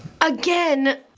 Again